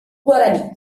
guaraní